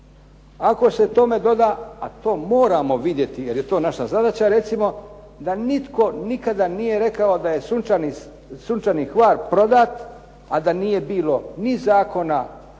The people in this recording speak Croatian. Ako se tome doda a to moramo vidjeti jer je to naša zadaća recimo da nitko nikada nije rekao da je Sunčani Hvar prodat a da nije bilo ni zakona, ni